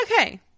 Okay